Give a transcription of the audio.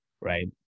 right